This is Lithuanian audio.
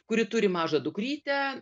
kuri turi mažą dukrytę